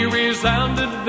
resounded